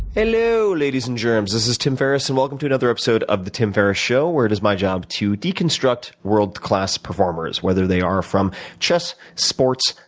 hello, ladies and germs. this is tim ferriss and welcome to another episode of the tim ferriss show, where it is my job to deconstruct world class performers, whether they are from chess, sports,